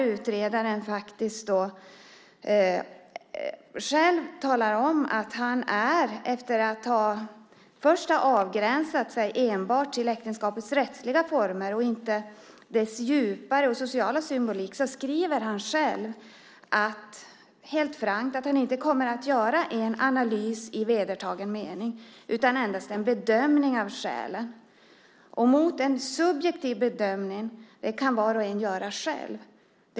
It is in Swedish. Utredaren talar själv helt frankt om att han efter att ha avgränsat sig enbart till äktenskapets rättsliga former och inte dess djupare, sociala symbolik att han inte kommer att göra en analys i vedertagen mening utan endast en bedömning av skälen. En subjektiv bedömning kan var och en göra själv.